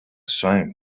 same